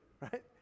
right